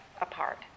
apart